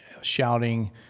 shouting